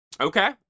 Okay